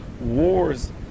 wars